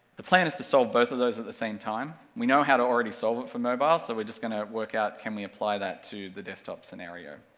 the plan is to solve both of those at the same time, we know how to already solve it for mobile, so we're just gonna work out can we apply that to the desktop scenario.